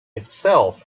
itself